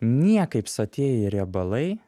niekaip sotieji riebalai